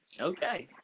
okay